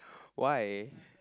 why